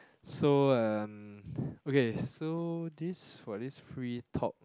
so um okay so this for this free talk